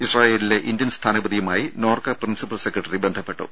ഇസ്രായേലിലെ ഇന്ത്യൻ സ്ഥാനപതിയുമായി Norka principal secretary ബന്ധപ്പെട്ടു